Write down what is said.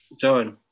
John